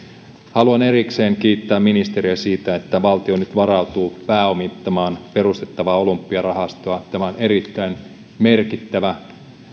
haluan erikseen kiittää ministeriä siitä että valtio nyt varautuu pääomittamaan perustettavaa olympiarahastoa tämä on erittäin merkittävä